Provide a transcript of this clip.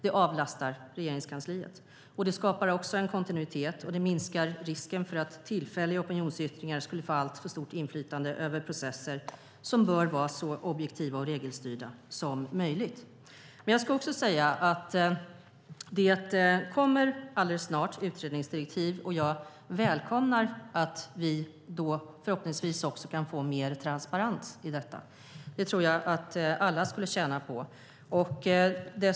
Det avlastar Regeringskansliet. Det skapar kontinuitet, och det minskar risken för att tillfälliga opinionsyttringar får alltför stort inflytande över processer som bör vara så objektiva och regelstyrda som möjligt. Det kommer snart ett utredningsdirektiv. Jag välkomnar att vi då förhoppningsvis kan få mer transparens i detta. Det tror jag att alla skulle tjäna på.